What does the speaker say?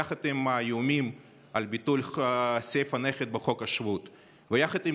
יחד עם האיומים על ביטול סעיף הנכד בחוק השבות ויחד עם